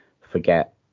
forget